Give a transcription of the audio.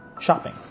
shopping